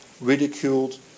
ridiculed